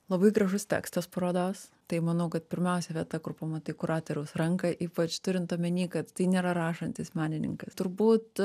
labai gražus tekstas parodos tai manau kad pirmiausia vieta kur pamatai kuratoriaus ranką ypač turint omeny kad tai nėra rašantis menininkas turbūt